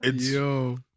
yo